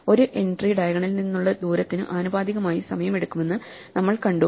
ഒരു എൻട്രി ഡയഗണലിൽ നിന്നുള്ള ദൂരത്തിനു ആനുപാതികമായി സമയമെടുക്കുമെന്ന് നമ്മൾ കണ്ടു